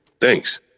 thanks